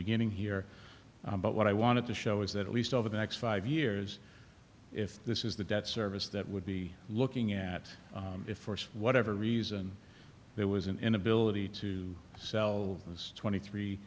beginning here but what i wanted to show is that at least over the next five years if this is the debt service that would be looking at it for whatever reason there was an inability to sell those twenty three